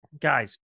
Guys